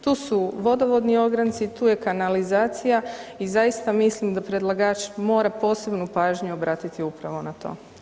Tu su vodovodni ogranci, tu je kanalizacija i zaista mislim da predlagač mora posebnu pažnju obratiti upravo na to.